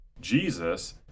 Jesus